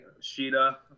Sheeta